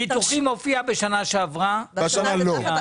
ביטוחים הופיע בשנה שעברה והשנה לא.